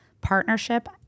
partnership